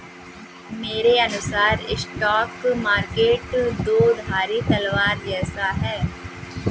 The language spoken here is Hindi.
मेरे अनुसार स्टॉक मार्केट दो धारी तलवार जैसा है